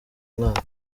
mwaka